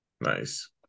Nice